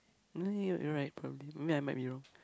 mm you're you're right probably I mean I might be wrong